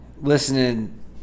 listening